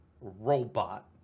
robot